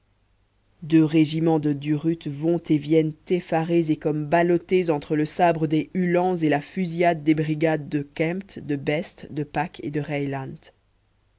deux régiments de durutte vont et viennent effarés et comme ballottés entre le sabre des uhlans et la fusillade des brigades de kempt de best de pack et de